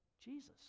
Jesus